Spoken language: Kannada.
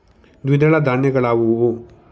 ದ್ವಿದಳ ಧಾನ್ಯಗಳಾವುವು?